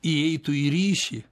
įeitų į ryšį